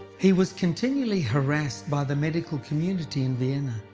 he was continually harassed by the medical community in vienna.